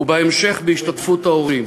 ובהמשך בהשתתפות ההורים.